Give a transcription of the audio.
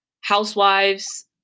housewives